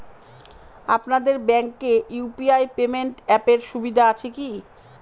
আপনাদের ব্যাঙ্কে UPI payment অ্যাপের সুবিধা আছে কি?